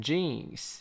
Jeans